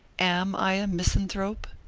am i a misanthrope?